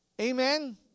Amen